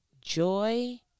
joy